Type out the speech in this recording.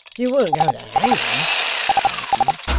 you weren't going to hang him cried hugh.